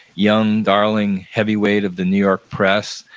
young, darling heavyweight of the new york press.